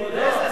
ועוד איזה שר.